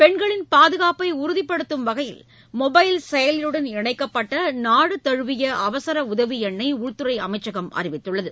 பென்களின் பாதுகாப்பை உறுதிப்படுத்தும் வகையில் மொபைல் செயலியுடன் இணைக்கப்பட்ட நாடு தழுவிய அவசர உதவி எண்ணை உள்துறை அமைச்சகம் அறிவித்துள்ளது